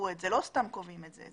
לא סתם קובעים את זה.